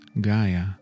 Gaia